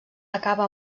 acaba